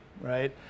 right